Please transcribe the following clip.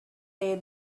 they